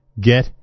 Get